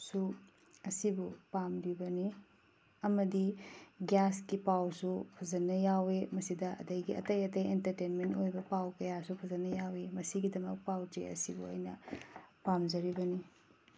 ꯁꯨ ꯑꯁꯤꯕꯨ ꯄꯥꯝꯂꯤꯕꯅꯤ ꯑꯃꯗꯤ ꯒ꯭ꯌꯥꯁꯀꯤ ꯄꯥꯎꯁꯨ ꯐꯖꯅ ꯌꯥꯎꯑꯦ ꯃꯁꯤꯗ ꯑꯗꯩꯒꯤ ꯑꯇꯩ ꯑꯇꯩ ꯑꯦꯟꯇ꯭ꯔꯇꯦꯟꯃꯣꯟ ꯑꯣꯏꯕ ꯄꯥꯎ ꯀꯌꯥꯁꯨ ꯐꯖꯅ ꯌꯥꯎꯏ ꯃꯁꯤꯒꯤꯗꯃꯛ ꯄꯥꯎ ꯆꯦ ꯑꯁꯤꯕꯨ ꯑꯩꯅ ꯄꯥꯝꯖꯔꯤꯕꯅꯤ